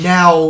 Now